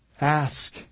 ask